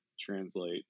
translate